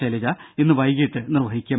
ശൈലജ ഇന്ന് വൈകിട്ട് നിർവഹിക്കും